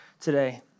today